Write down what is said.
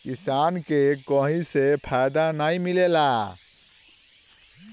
किसान के कहीं से फायदा नाइ मिलेला